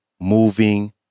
moving